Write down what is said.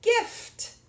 gift